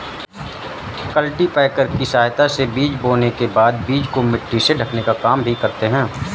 cultipacker की सहायता से बीज बोने के बाद बीज को मिट्टी से ढकने का काम भी करते है